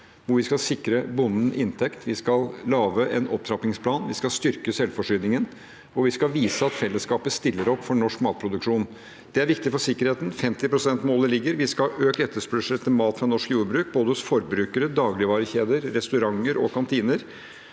Vi skal sikre bonden inntekt, vi skal lage en opptrappingsplan, vi skal styrke selvforsyningen, og vi skal vise at fellesskapet stiller opp for norsk matproduksjon. Det er viktig for sikkerheten. 50-prosentmålet ligger. Vi skal ha økt etterspørsel etter mat fra norsk jordbruk hos både forbrukere, dagligvarekjeder, restauranter og kantiner.